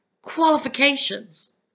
qualifications